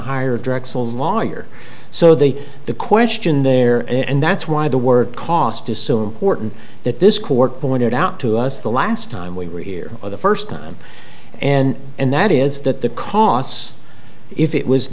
hire drexel's lawyer so the the question there and that's why the word cost is so important that this court pointed out to us the last time we were here for the first time and and that is that the costs if it was